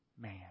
man